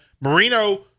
Marino